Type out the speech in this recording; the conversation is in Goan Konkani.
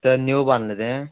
तर न्यू बांदलां तें